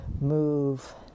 move